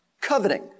Coveting